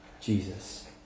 Jesus